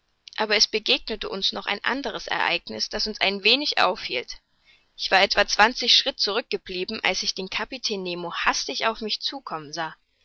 aber es begegnete uns noch ein anderes ereigniß das uns ein wenig aufhielt ich war etwa zwanzig schritt zurück geblieben als ich den kapitän nemo hastig auf mich zukommen sah